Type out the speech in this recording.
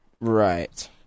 Right